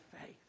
faith